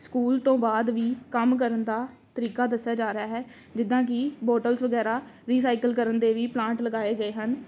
school ਤੋਂ ਬਾਅਦ ਵੀ ਕੰਮ ਕਰਨ ਦਾ ਤਰੀਕਾ ਦੱਸਿਆ ਜਾ ਰਿਹਾ ਹੈ ਜਿੱਦਾਂ ਕਿ ਬੋਟਲਸ ਵਗੈਰਾ ਰੀਸਾਈਕਲ ਕਰਨ ਦੇ ਵੀ ਪਲਾਂਟ ਲਗਾਏ ਗਏ ਹਨ